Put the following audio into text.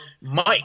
Mike